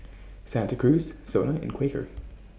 Santa Cruz Sona and Quaker